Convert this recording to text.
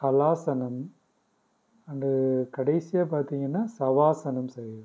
ஹலாசனம் and கடைசியாக பார்த்திங்கன்னா சவாசனம் செய்வேன்